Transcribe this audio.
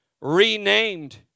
renamed